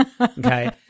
Okay